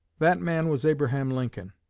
that man was abraham lincoln.